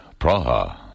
Praha